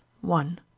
one